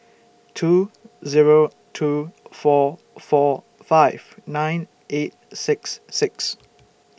two Zero two four four five nine eight six six